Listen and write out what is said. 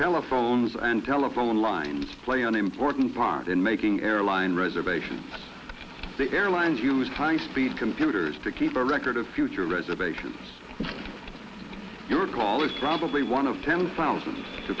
telephones and telephone lines play an important part in making airline reservations the airlines use high speed computers to keep a record of future reservations your call or somebody one of ten thousand to